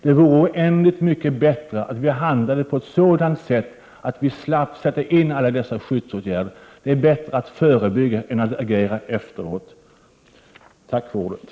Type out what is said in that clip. Det vore oändligt mycket bättre att vi handlade på ett sådant sätt att vi slapp sätta in alla dessa skyddsåtgärder. Det är bättre att förebygga än att agera efteråt. Tack för ordet.